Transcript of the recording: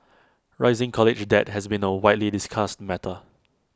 rising college debt has been A widely discussed matter